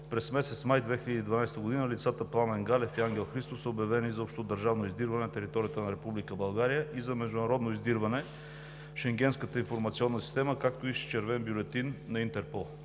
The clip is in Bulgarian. през месец май 2012 г. лицата Пламен Галев и Ангел Христов са обявени за общодържавно издирване на територията на Република България и за международно издирване в Шенгенската информационна система, както и с червен бюлетин на Интерпол.